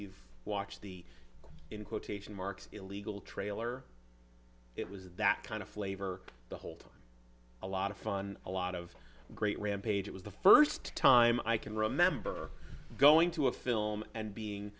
you've watched the in quotation marks illegal trailer it was that kind of flavor the whole time a lot of fun a lot of great rampage it was the first time i can remember going to a film and being